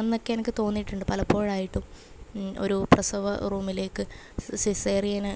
അന്നക്കെ എനിക്ക് തോന്നീട്ടുണ്ട് പലപ്പോഴായിട്ടും ഒരു പ്രസവ റൂമിലേക്ക് സിസേറിയന്